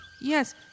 yes